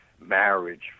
marriage